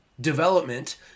development